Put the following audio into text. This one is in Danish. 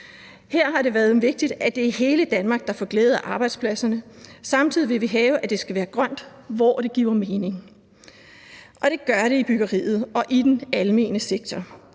Her har det været vigtigt, at det er hele Danmark, der får glæde af arbejdspladserne. Samtidig vil vi have, at det skal være grønt, hvor det giver mening, og det gør det i byggeriet og i den almene sektor,